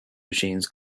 machines